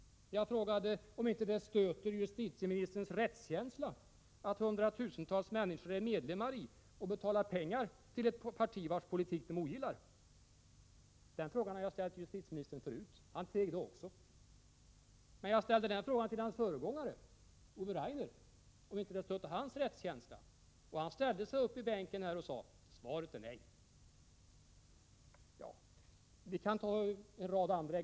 Jag frågade om det inte stöter justitieministerns rättskänsla att hundratusentals människor är medlemmar i och betalar till ett parti, vars politik de ogillar. Den frågan har jag ställt till justitieministern även förut. Han teg då också. När jag frågade hans föregångare, Ove Rainer, om det inte stötte hans rättskänsla, ställde han sig upp i bänken och sade: Svaret är nej. En rad andra exempel kan anföras.